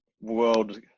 world